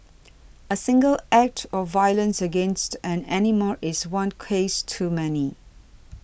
a single act of violence against an animal is one case too many